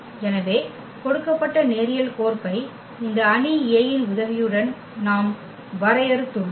எனவே கொடுக்கப்பட்ட நேரியல் கோர்ப்பை இந்த அணி A இன் உதவியுடன் நாம் வரையறுத்துள்ளோம்